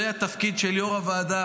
זה התפקיד של יו"ר הוועדה